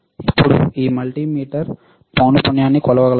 ఇప్పుడు ఈ మల్టీమీటర్ పౌనపుణ్యంని కొలవగలదా